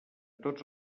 tots